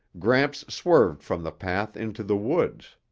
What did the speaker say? gramps swerved from the path into the woods.